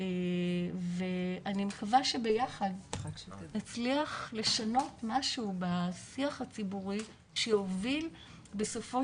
ואני מקווה שביחד נצליח לשנות משהו בשיח הציבורי שיוביל בסופו